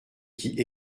qui